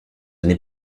n’est